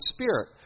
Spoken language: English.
Spirit